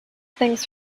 things